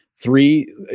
Three